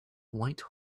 white